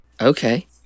Okay